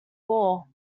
wore